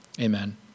Amen